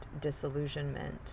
disillusionment